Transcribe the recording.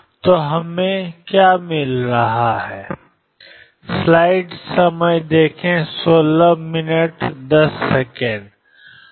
तो हमें क्या मिल रहा है